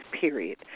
period